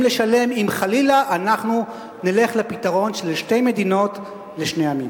לשלם אם חלילה נלך לפתרון של שתי מדינות לשני עמים.